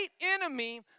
enemy